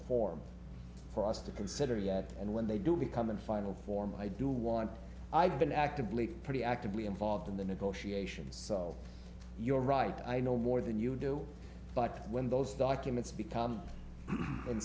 form for us to consider yet and when they do become in final form i do want i've been actively pretty actively involved in the negotiations so you're right i know more than you do but when those documents become in